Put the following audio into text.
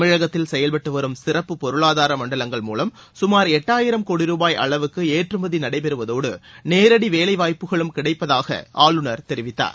தமிழகத்தில் செயல்பட்டு வரும் சிறப்பு பொருளாதார மண்டலங்கள் மூலம் சுமார் எட்டாயிரம் கோடி ரூபாய் அளவுக்கு ஏற்றுமதி நடைபெறுவதோடு நேரடி வேலை வாய்ப்புகளும் கிடைப்பதாக ஆளுநர் தெரிவித்தார்